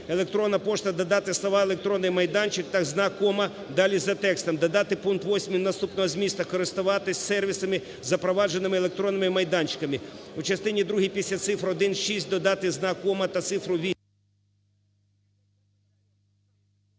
"електронна пошта" додати слова "електронний майданчик" та знак "кома", далі за текстом. Додати пункт 8 наступного змісту: "користуватися сервісами, запровадженими електронними майданчиками". У частині другій після цифр 1, 6 додати знак "кома" та цифру…